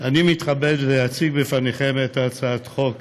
אני מתכבד להציג בפניכם את הצעת חוק